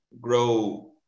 grow